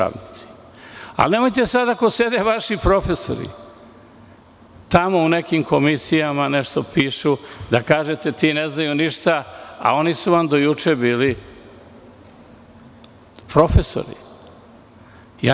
Ali, nemojte sada ako sede vaši profesori tamo u nekim komisijama, nešto pišu, da kažete – ne znaju ništa, a oni su vam do juče bili profesori.